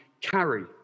carry